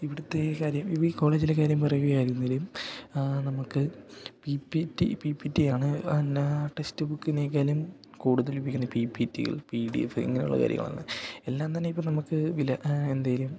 ഇവിടുത്തെ കാര്യം ഇപ്പം ഈ കോളേജിലെ കാര്യം പറയുകയായിരുന്നലും നമുക്ക് P P T P P ടിയാണ് പിന്നെ ടെക്സ്റ്റ്ബുക്കിനേക്കാളും കൂടുതൽ ലഭിക്കുന്നത് പി പി ടികൾ പി ഡി എഫ് ഇങ്ങനെയുള്ള കാര്യങ്ങളാണ് എല്ലാം തന്നെ ഇപ്പം നമുക്ക് വില എന്തങ്കിലും